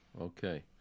okay